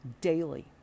daily